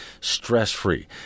stress-free